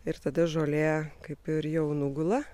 ir tada žolė kaip ir jau nugula